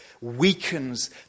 weakens